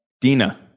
Dina